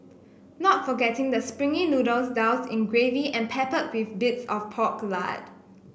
not forgetting the springy noodles doused in gravy and pepper with bits of pork lard